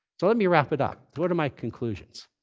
so let me wrap it up. what are my conclusions?